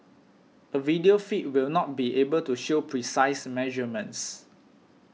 a video feed will not be able to show precise measurements